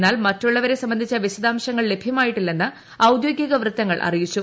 എന്നാൽ മറ്റുള്ളവരെ സംബന്ധിച്ച വിശദാംശ ങ്ങൾ ലഭ്യമായിട്ടില്ലെന്ന് ഔദ്യോഗികവൃത്തങ്ങൾ അറിയിച്ചു